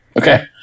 Okay